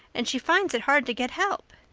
and she finds it hard to get help.